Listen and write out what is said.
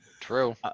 True